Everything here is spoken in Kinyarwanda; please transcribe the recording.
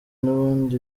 nubundi